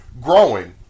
growing